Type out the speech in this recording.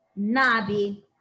nabi